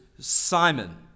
Simon